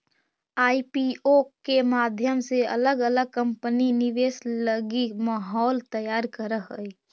IPO के माध्यम से अलग अलग कंपनि निवेश लगी माहौल तैयार करऽ हई